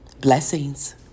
Blessings